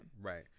Right